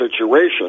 situation